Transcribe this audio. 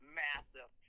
massive